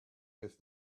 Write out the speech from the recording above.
with